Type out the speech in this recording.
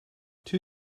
two